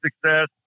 success